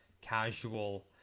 casual